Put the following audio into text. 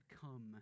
come